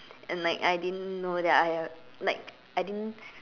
and like I didn't know that I have like I didn't